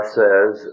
says